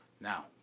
Now